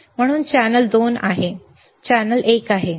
म्हणून चॅनेल 2 आहे चॅनेल एक आहे